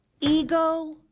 ego